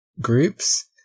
groups